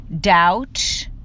doubt